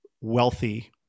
wealthy